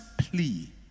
plea